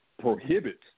prohibits